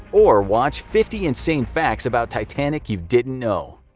or watch, fifty insane facts about titanic you didn't know.